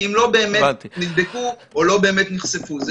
כי הם לא באמת נדבקו או לא באמת נחשפו.